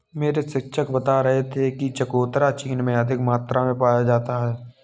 मेरे शिक्षक बता रहे थे कि चकोतरा चीन में अधिक मात्रा में पाया जाता है